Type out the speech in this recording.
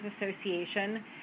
Association